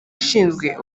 ishinzwe